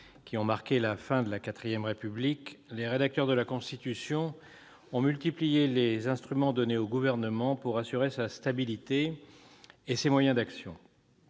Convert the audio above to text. ayant marqué la fin de la IV République, les rédacteurs de la Constitution ont multiplié les instruments donnés au Gouvernement pour assurer sa stabilité et ses moyens d'action.